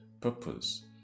purpose